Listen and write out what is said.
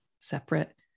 separate